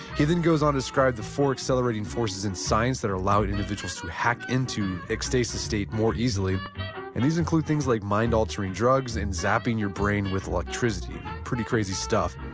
he then goes on to describe the four accelerating forces in science that allow individuals to hack into ecstasis state more easily and these include things like mind-altering drugs and zapping your brain with electricity. pretty crazy stuff.